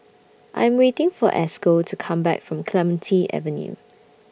I'm waiting For Esco to Come Back from Clementi Avenue